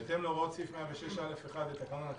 בהתאם להוראות סעיף 106(א)(1) לתקנון הכנסת,